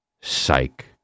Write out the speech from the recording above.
Psych